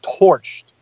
torched